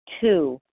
Two